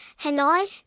Hanoi